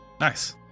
Nice